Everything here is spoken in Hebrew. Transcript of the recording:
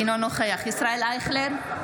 אינו נוכח ישראל אייכלר,